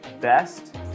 best